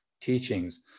teachings